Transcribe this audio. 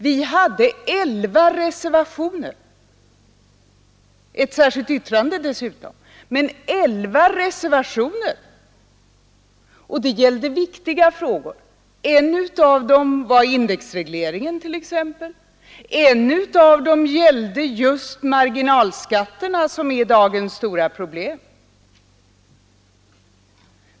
Vi hade elva reservationer — ett särskilt yttrande dessutom och de gällde viktiga frågor. En av dem var indexregleringen, en annan gällde just marginalskatterna, som är dagens stora problem.